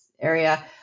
area